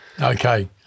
Okay